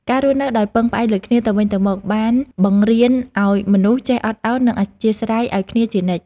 ការរស់នៅដោយពឹងផ្អែកលើគ្នាទៅវិញទៅមកបានបង្រៀនឱ្យមនុស្សចេះអត់ឱន និងអធ្យាស្រ័យឱ្យគ្នាជានិច្ច។